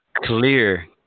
clear